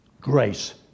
grace